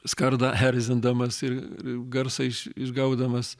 skardą erzindamas ir ir garsą iš išgaudamas